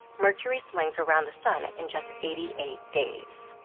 mercury slings around the sun in just eighty eight days.